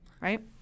Right